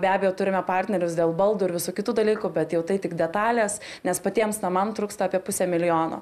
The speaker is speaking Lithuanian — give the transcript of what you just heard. be abejo turime partnerius dėl baldų ir visų kitų dalykų bet jau tai tik detalės nes patiems namam trūksta apie pusę milijono